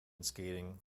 skating